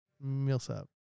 Millsap